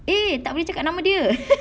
eh tak boleh cakap nama dia